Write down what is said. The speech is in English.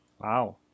Wow